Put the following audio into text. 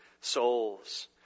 souls